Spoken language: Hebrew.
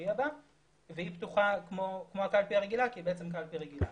להצביע בה והיא פתוחה כמו הקלפי הרגילה כי זו בעצם קלפי רגילה.